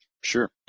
Sure